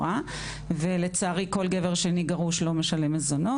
בשיקום תעסוקתי-כלכלי של נפגעות אלימות.